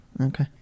Okay